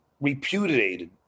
repudiated